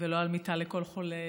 ולא על מיטה לכל חולה,